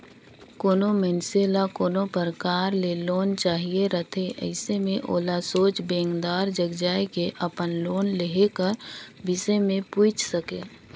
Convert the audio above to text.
कोनो मइनसे ल कोनो परकार ले लोन चाहिए रहथे अइसे में ओला सोझ बेंकदार जग जाए के अपन लोन लेहे कर बिसे में पूइछ सके